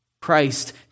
Christ